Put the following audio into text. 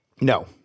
no